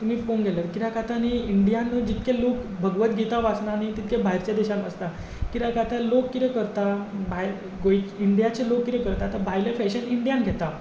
तुमी पळोवंक गेल्यार कित्याक आतां न्हय इंडियान न्हय जितले लोक भगवदगीता वाचना न्हय तितके भायरचे देशान वाचता कित्याक आतां लोक कितें करता भायर गोंयचे इंडियाचे लोक कितें करता त भायले फॅशनी इंडियान घेता